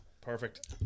Perfect